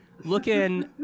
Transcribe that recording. looking